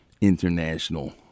international